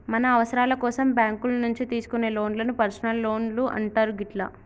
మన అవసరాల కోసం బ్యేంకుల నుంచి తీసుకునే లోన్లను పర్సనల్ లోన్లు అంటారు గిట్లా